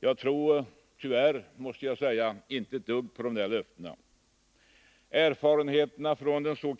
Jag tror, tyvärr, inte ett dugg på dessa löften. Erfarenheterna från de s.k.